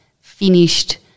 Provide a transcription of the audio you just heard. finished